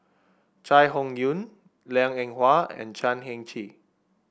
Chai Hon Yoong Liang Eng Hwa and Chan Heng Chee